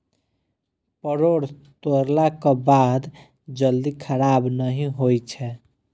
परोर तोड़लाक बाद जल्दी खराब नहि होइ छै